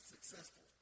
successful